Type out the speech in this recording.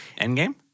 Endgame